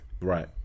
Right